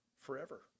forever